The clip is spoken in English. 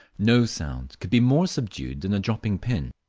no sound could be more subdued than a dropping pin.